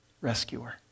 rescuer